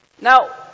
Now